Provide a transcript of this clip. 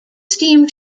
steam